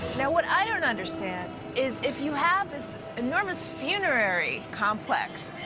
now what i don't understand, is if you have this enormous funerary complex,